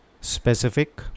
specific